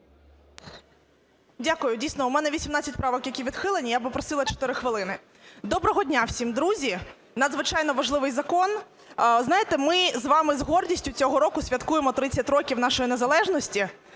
Дякую. Дійсно, у мене 18 правок, які відхилені. Я попросила 4 хвилини. Доброго дня всім, друзі! Надзвичайно важливий закон. Знаєте, ми з вами з гордістю цього року святкуємо 30 років нашої незалежності.